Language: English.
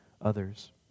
others